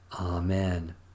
Amen